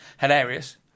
hilarious